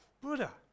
Buddha